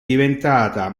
diventata